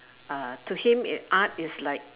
uh to him it art is like